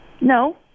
No